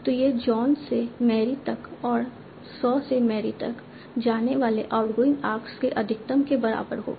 तो यह जॉन से मैरी तक और सॉ से मैरी तक जाने वाले आउटगोइंग आर्क्स के अधिकतम के बराबर होगा